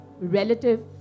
relative